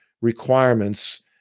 requirements